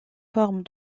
forme